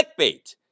clickbait